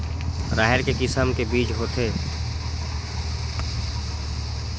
राहेर के किसम के बीज होथे?